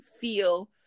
feel